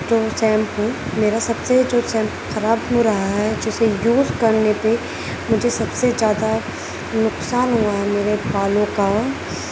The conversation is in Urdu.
جو شیمپو میرا سب سے جو سیم خراب ہو رہا ہے جسے یوز کرنے پہ مجھے سب سے زیادہ نقصان ہوا ہے میرے بالوں کا